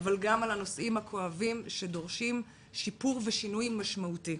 אבל גם על הנושאים הכואבים שדורשים שיפור ושינוי משמעותי.